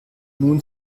nun